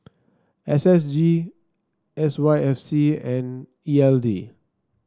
S S G S Y F C and E L D